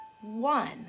one